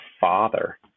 father